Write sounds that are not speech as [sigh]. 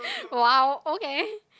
[breath] !wow! okay